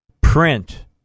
print